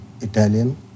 Italian